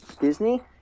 Disney